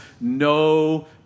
no